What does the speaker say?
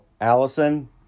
Allison